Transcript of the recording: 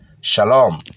Shalom